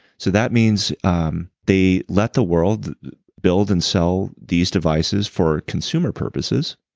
so that means um they let the world build and sell these devices for consumer purposes,